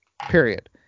period